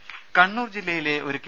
രുമ കണ്ണൂർ ജില്ലയിലെ ഒരു കെ